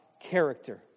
character